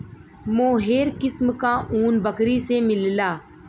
मोहेर किस्म क ऊन बकरी से मिलला